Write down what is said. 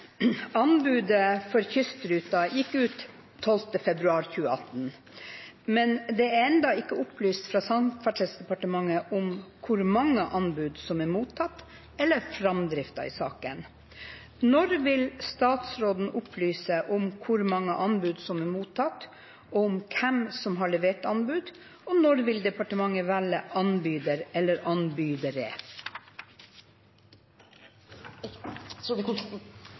«Anbudet for kystruten gikk ut 12. februar 2018, men det er ennå ikke opplyst fra Samferdselsdepartementet om hvor mange anbud som er mottatt, eller om framdriften i saken. Når vil statsråden opplyse om hvor mange anbud som er mottatt, og om hvem som har levert anbud, og når vil departementet velge anbyder eller